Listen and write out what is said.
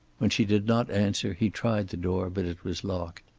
when she did not answer he tried the door, but it was locked.